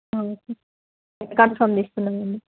okay confirm తీస్తున్నాను అండి